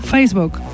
Facebook